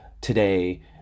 today